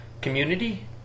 community